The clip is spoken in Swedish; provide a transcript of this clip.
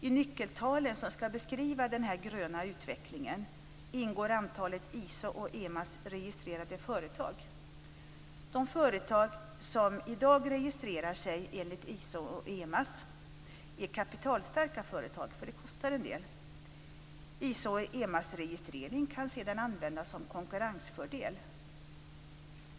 I nyckeltalen som ska beskriva den gröna utvecklingen ingår antalet ISO och EMAS-registrerade företag. De företag som i dag registrerar sig enligt ISO och EMAS är kapitalstarka företag. Det kostar nämligen en del. ISO och EMAS-registrering kan sedan användas som konkurrensfördel.